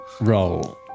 roll